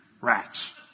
rats